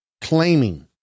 claiming